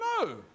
No